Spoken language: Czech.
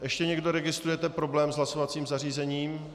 Ještě někdo registruje problém s hlasovacím zařízením?